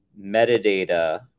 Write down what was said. metadata